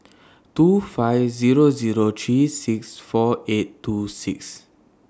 two five Zero Zero three six four eight two six